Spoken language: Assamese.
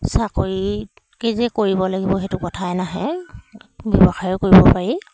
চাকৰিকেই যে কৰিব লাগিব সেইটো কথা নহয় ব্যৱসায়ো কৰিব পাৰি